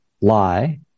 lie